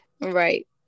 right